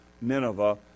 Nineveh